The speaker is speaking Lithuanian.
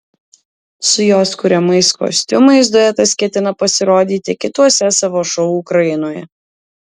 su jos kuriamais kostiumais duetas ketina pasirodyti kituose savo šou ukrainoje